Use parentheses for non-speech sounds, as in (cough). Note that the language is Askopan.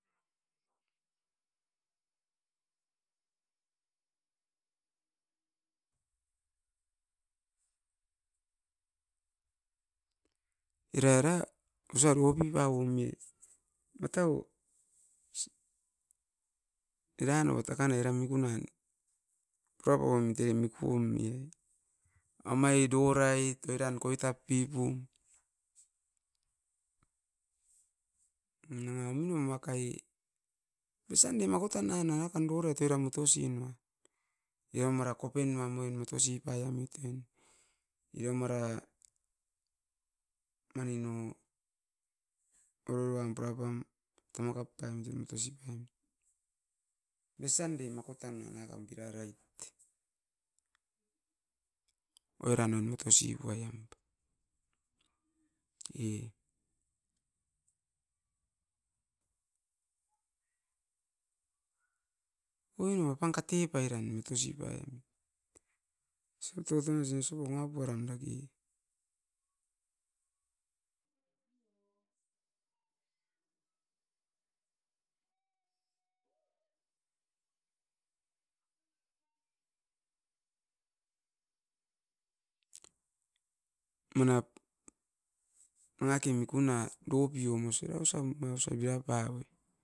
era-era osa roua pipau omit. Matau era no takanai era miku nuan, pura pauamit ere miku omi e. Amai du orait, oiran koitap pipu nanga minom wakai besan ne makotan a nangakan rou rait oira motosi ne. E io mara kopin nuam oin motosi paiamit tan, imio mara manin no dororuam purapam tamakap taim ton tosipian. Besande makotan a nakam pirarait. Oira non moto sipuai am, e oinom apan kate pairan motosipai'am (unintelligible) sibonga poiran daki. Manap nangaki mikuna dopiom osira osam ma osa biapa oi.